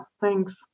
Thanks